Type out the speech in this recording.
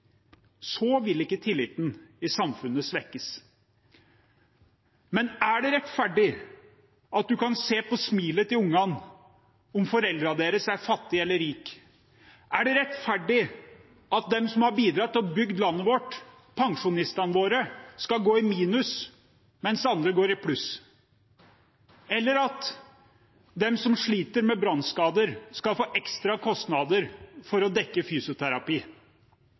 så vil ikke tilliten i samfunnet svekkes.» Men er det rettferdig at man kan se på smilet til ungene om foreldrene deres er fattige eller rike? Er det rettferdig at de som har bidratt til å bygge landet vårt, pensjonistene våre, skal gå i minus, mens andre går i pluss, eller at de som sliter med brannskader, skal få ekstra kostnader for å dekke fysioterapi?